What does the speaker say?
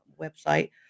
website